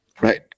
right